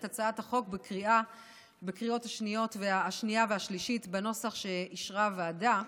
הצעת החוק בקריאה השנייה והשלישית בנוסח שאישרה הוועדה.